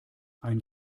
ein